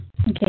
Okay